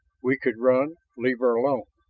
we could run, leave her alone.